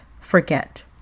forget